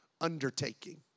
undertaking